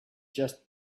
just